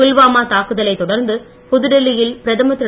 புல்வாமா தாக்குதலைத் தொடர்ந்து புதுடில்லி யில் பிரதமர் திரு